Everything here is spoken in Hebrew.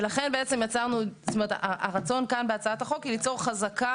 ולכן הרצון כאן בהצעת החוק הוא ליצור חזקה